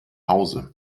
hause